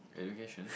education